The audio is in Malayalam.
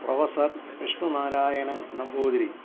പ്രൊഫസർ വിഷ്ണുനാരായണൻ നമ്പൂതിരി